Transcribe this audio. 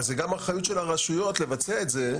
אבל זו גם אחריות של הרשויות לבצע את זה,